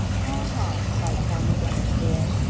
ha, ha! cried farmer brown's boy,